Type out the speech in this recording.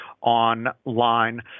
online